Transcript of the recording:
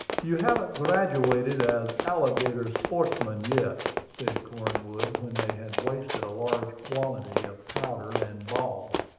you haven't graduated as alligator sportsmen yet, said cornwood when they had wasted a large quantity of powder and ball.